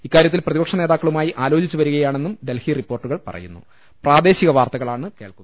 ഇക്കാര്യത്തിൽ പ്രതിപക്ഷ നേതാക്കളുമായി ആലോചിച്ചു വരികയാണെന്നും ഡൽഹി റിപ്പോർട്ടുകൾ പറയു ന്നു